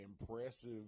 impressive